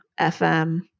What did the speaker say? FM